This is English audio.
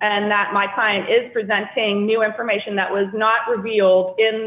and that my client is presenting new information that was not real in